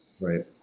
Right